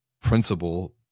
principle